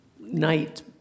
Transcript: night